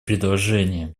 предложение